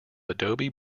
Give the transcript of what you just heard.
adobe